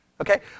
Okay